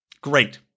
Great